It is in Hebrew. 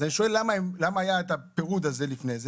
אז אני שואל למה היה את הפירוד הזה לפני כן